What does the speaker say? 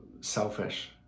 selfish